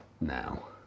now